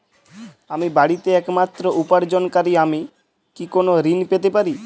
আমি বাড়িতে একমাত্র উপার্জনকারী আমি কি কোনো ঋণ পেতে পারি?